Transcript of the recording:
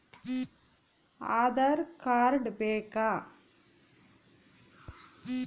Aadhaar card ಬೇಕಾ?